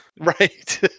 Right